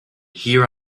here